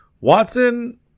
Watson